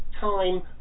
time